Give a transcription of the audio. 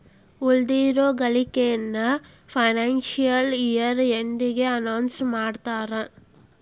ಉಳಿದಿರೋ ಗಳಿಕೆನ financial year ಎಂಡಿಗೆ ಅನೌನ್ಸ್ ಮಾಡ್ತಾರಾ